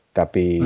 tapi